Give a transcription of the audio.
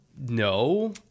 No